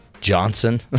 Johnson